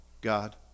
God